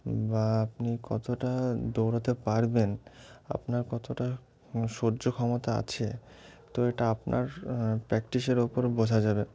বা আপনি কতটা দৌড়াতে পারবেন আপনার কতটা সহ্য ক্ষমতা আছে তো এটা আপনার প্র্যাকটিসের ওপর বোঝা যাবে